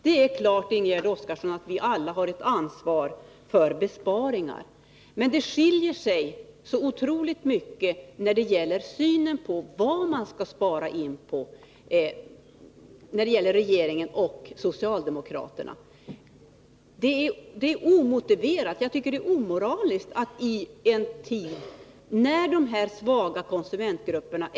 Det är klart, Ingegärd Oskarsson, att vi alla har ett ansvar för att det görs besparingar. Men regeringens och socialdemokraternas uppfattningar skiljer sig så otroligt mycket när det gäller vad det är man skall spara in på. Det är omotiverat och jag tycker också omoraliskt att låta dessa besparingar drabba just de svaga konsumentgrupperna.